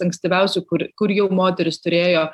ankstyviausių kur kur jau moterys turėjo